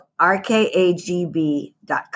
rkagb.com